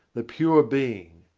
the pure being.